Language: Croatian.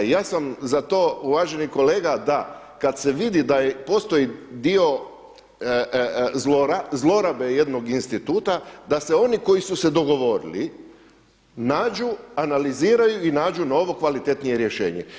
I ja sam za to uvaženi kolega da kad se vidi da postoji dio zlorabe jednog instituta, da se oni koji su se dogovorili nađu, analiziraju i nađu novo kvalitetnije rješenje.